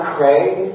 Craig